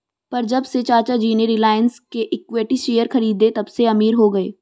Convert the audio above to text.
पर जब से चाचा जी ने रिलायंस के इक्विटी शेयर खरीदें तबसे अमीर हो गए